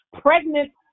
Pregnant